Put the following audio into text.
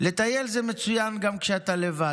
"לטייל זה מצוין גם כשאתה לבד,